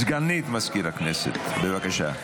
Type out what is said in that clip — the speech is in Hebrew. סגנית מזכיר הכנסת, בבקשה.